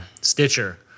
Stitcher